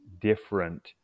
different